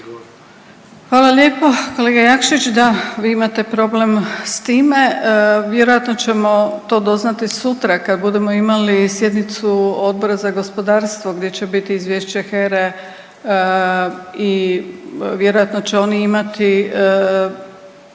Hvala lijepa. Kolega Jakšić da vi imate problem s time, vjerojatno ćemo to doznati sutra kad budemo imali sjednicu Odbora za gospodarstvo, gdje će biti Izvješće HERA-e i vjerojatno će oni imati